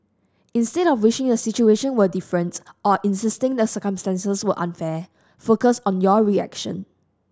instead of wishing a situation were different or insisting the circumstances were unfair focus on your reaction